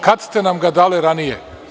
Kad ste nam ga dali ranije?